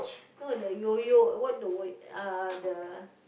not the yoyo what the way uh the